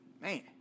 Man